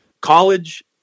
college